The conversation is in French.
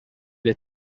est